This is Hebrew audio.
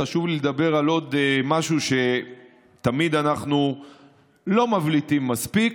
חשוב לי לדבר על עוד משהו שתמיד אנחנו לא מבליטים מספיק.